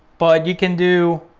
but you can do,